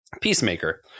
Peacemaker